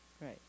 right